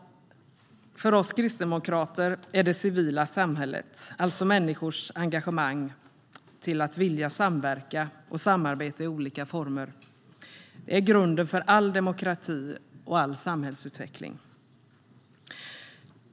För oss kristdemokrater är det civila samhället, alltså människors engagemang och vilja att samverka och samarbeta i olika former, grunden för all demokrati och all samhällsutveckling.